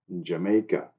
Jamaica